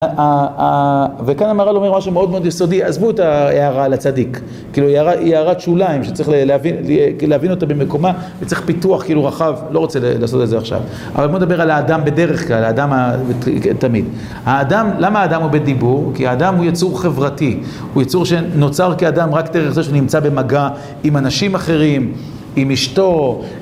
וכאן המרל אומר משהו מאוד מאוד יסודי, עזבו את ההערה לצדיק היא הערת שוליים שצריך להבין אותה במקומה וצריך פיתוח כאילו רחב, לא רוצה לעשות את זה עכשיו אבל בוא נדבר על האדם בדרך כלל, על האדם תמיד. למה האדם הוא בדיבור? כי האדם הוא יצור חברתי, הוא יצור שנוצר כאדם רק דרך שנמצא במגע עם אנשים אחרים עם אשתו